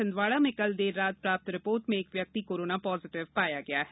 छिन्दवाड़ा में कल देर रात प्राप्त रिपोर्ट में एक व्यक्ति कोरोना पॉजिटिव पाया है